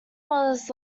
was